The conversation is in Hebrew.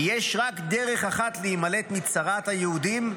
כי יש רק דרך אחת להימלט" מצרת היהודים,